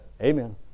Amen